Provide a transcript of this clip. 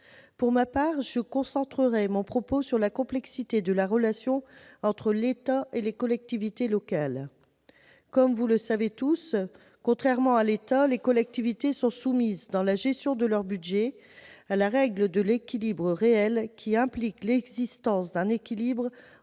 Pour ma part, je concentrerai mon propos sur la complexité de la relation entre l'État et les collectivités locales. Comme vous le savez tous, contrairement à l'État, les collectivités sont soumises, dans la gestion de leur budget, à la règle de l'équilibre réel qui implique l'existence d'un équilibre entre